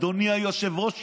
אדוני היושב-ראש,